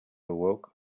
awoke